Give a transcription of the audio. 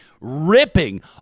ripping